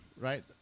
right